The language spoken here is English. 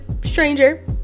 stranger